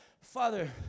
Father